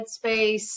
headspace